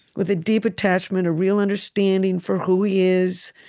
with a deep attachment, a real understanding for who he is,